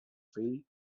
fill